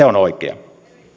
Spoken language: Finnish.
on oikea